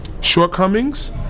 shortcomings